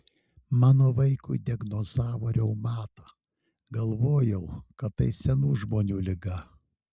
mano vaikui diagnozavo reumatą galvojau kad tai senų žmonių liga